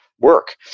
work